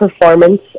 performance